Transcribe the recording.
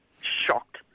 shocked